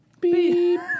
Beep